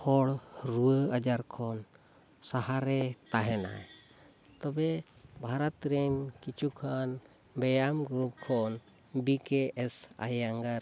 ᱦᱚᱲ ᱨᱩᱣᱟᱹ ᱟᱡᱟᱨ ᱠᱷᱚᱱ ᱥᱟᱦᱟᱨᱮ ᱛᱟᱦᱮᱱᱟᱭ ᱛᱚᱵᱮ ᱵᱷᱟᱨᱚᱛ ᱨᱮᱱ ᱠᱤᱪᱷᱩ ᱠᱷᱟᱱ ᱵᱮᱭᱟᱢ ᱜᱩᱨᱩ ᱠᱷᱚᱱ ᱵᱤ ᱠᱮ ᱮᱥ ᱟᱭᱮᱝᱜᱟᱨ